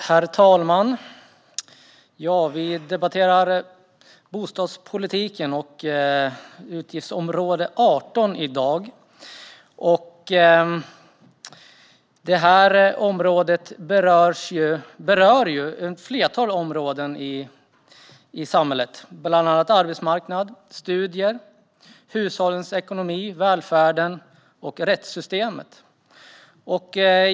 Herr talman! Vi debatterar i dag bostadspolitiken och utgiftsområde 18. Detta område berör ett flertal områden i samhället. Det gäller bland annat arbetsmarknad, studier, hushållens ekonomi, välfärden och rättssystemet.